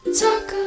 talk